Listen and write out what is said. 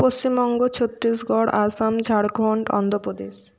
Paschimbanga Chhattisgarh Assam Jharkhand Andhra Pradesh